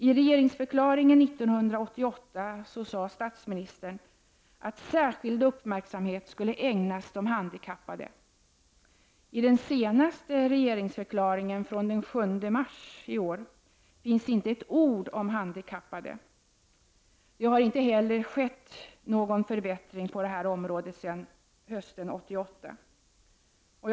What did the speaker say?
I regeringsförklaringen 1988 sade statsministern att särskild uppmärksamhet skulle ägnas de handikappade. I den senaste regeringsförklaringen från den 7 mars i år finns inte ett ord om handikappade. Det har inte heller skett någon förbättring på detta område sedan hösten 1988.